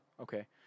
Okay